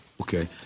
Okay